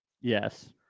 yes